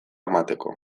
emateko